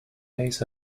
days